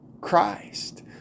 Christ